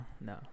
no